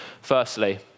Firstly